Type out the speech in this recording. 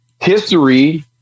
history